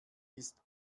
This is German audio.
ist